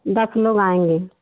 दस लोग आएँगे